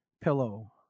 pillow